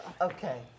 Okay